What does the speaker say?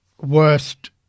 worst